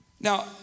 now